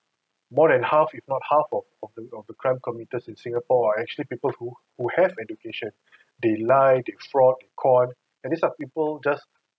more than half if not half of of the of the crime committers in singapore are actually people who who have education they lie they fraud con and these are people just